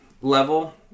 level